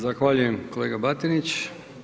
Zahvaljujem kolega Batinić.